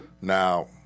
Now